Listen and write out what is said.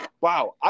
wow